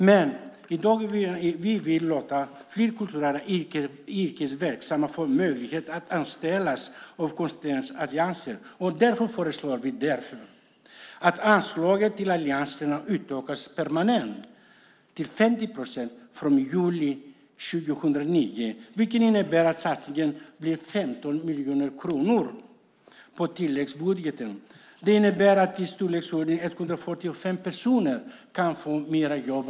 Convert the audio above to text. Vi vill ge yrkesverksamma kulturarbetare möjlighet att bli anställda av konstnärsallianser. Därför föreslår vi att anslaget till allianserna utökas permanent till 50 procent från juli 2009, vilket innebär en satsning på 15 miljoner kronor på tilläggsbudgeten. I storleksordningen 145 personer kunde därmed få jobb.